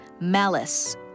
malice